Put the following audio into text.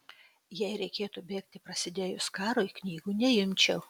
jei reikėtų bėgti prasidėjus karui knygų neimčiau